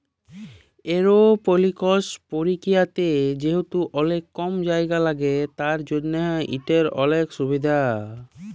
এরওপলিকস পরকিরিয়াতে যেহেতু অলেক কম জায়গা ল্যাগে তার জ্যনহ ইটর অলেক সুভিধা